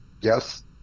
Yes